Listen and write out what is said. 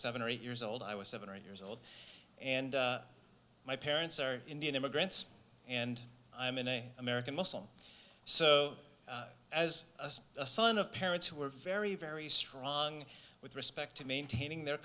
seven or eight years old i was seven or eight years old and my parents are indian immigrants and i'm in a american muscle so as a son of parents who were very very strong with respect to maintaining their